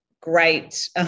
great